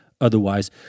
otherwise